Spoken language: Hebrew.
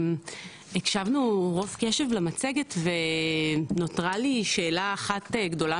הקשבנו רוב קשב למצגת ונותרה לי שאלה אחת גדולה